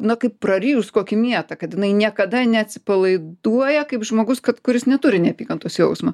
na kaip prarijus kokį mietą kad jinai niekada neatsipalaiduoja kaip žmogus kad kuris neturi neapykantos jausmo